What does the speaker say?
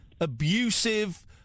abusive